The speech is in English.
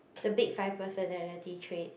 the big five personality trait